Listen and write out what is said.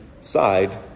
side